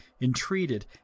entreated